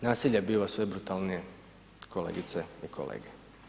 Nasilje biva sve brutalnije kolegice i kolege.